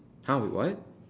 !huh! wait what